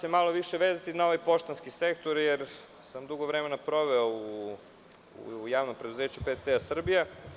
Više bih se vezao na poštanski sektor, jer sam dugo vremena proveo u javnom preduzeću PTT Srbija.